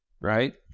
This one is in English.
right